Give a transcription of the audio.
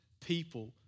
people